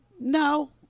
no